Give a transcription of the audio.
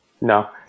No